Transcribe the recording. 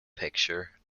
picture